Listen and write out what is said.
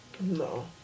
No